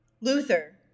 Luther